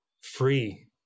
free